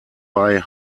bei